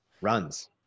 runs